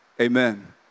amen